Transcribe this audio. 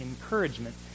encouragement